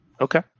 Okay